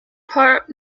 part